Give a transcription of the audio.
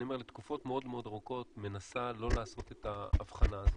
בתקופות מאוד מאוד ארוכות מנסה לא לעשות את ההבחנה הזאת,